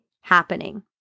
happening